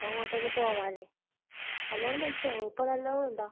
അപ്പോൾ അങ്ങോട്ട് തന്നെ പോവാം അല്ലേ നല്ലോണം പൈസ ആകുമോ ഇപ്പോൾ നല്ലോണം ഉണ്ടോ